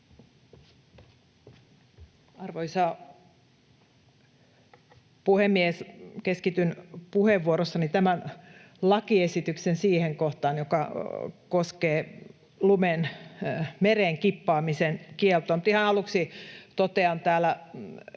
Arvoisa puhemies! Keskityn puheenvuorossani siihen tämän lakiesityksen kohtaan, joka koskee lumen mereen kippaamisen kieltoa. Mutta ihan aluksi totean täällä